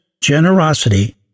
generosity